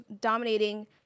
dominating